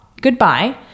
goodbye